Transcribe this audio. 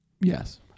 Yes